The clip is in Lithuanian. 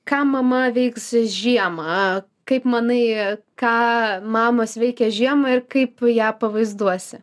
ką mama veiks žiemą kaip manai ką mamos veikia žiemą ir kaip ją pavaizduosi